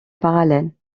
parallèle